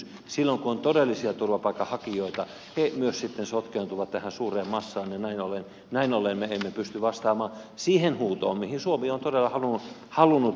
silloin kun on todellisia turvapaikanhakijoita he myös sitten sotkeentuvat tähän suureen massaan ja näin ollen me emme pysty vastaamaan siihen huutoon mihin suomi on todella halunnut vastata